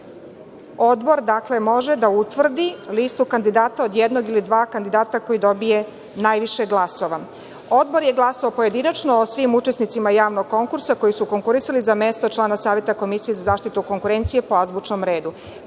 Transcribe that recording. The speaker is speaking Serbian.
dakle, može da utvrdi listu kandidata od jednog ili od dva kandidata koji dobije najviše glasova. Odbor je glasao pojedinačno o svim učesnicima javnog konkursa koji su konkurisali za mesto člana Saveta Komisije za zaštitu konkurencije po azbučnom